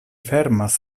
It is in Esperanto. fermas